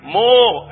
more